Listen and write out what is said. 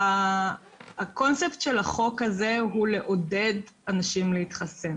הקונספט של החוק הזה הוא לעודד אנשים להתחסן.